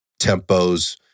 tempos